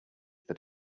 that